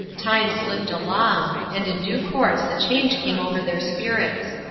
time slipped along, and in due course a change came over their spirits.